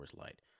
Light